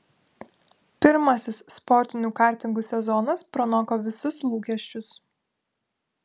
pirmasis sportinių kartingų sezonas pranoko visus lūkesčius